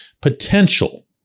potential